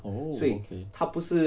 oh okay